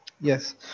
yes